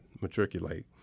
matriculate